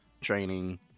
training